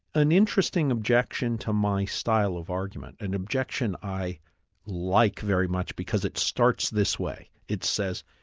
an interesting objection to my style of argument, an objection i like very much because it starts this way. it says,